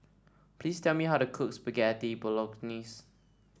please tell me how to cook Spaghetti Bolognese